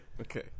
Okay